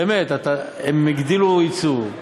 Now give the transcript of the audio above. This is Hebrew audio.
באמת הם הגדילו את היצוא,